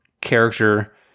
character